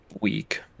week